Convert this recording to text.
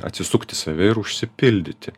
atsisukt į save ir užsipildyti